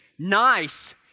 Nice